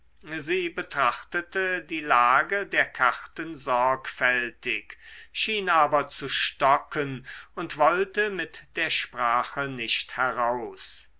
sie betrachtete die lage der karten sorgfältig schien aber zu stocken und wollte mit der sprache nicht heraus